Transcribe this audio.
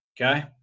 Okay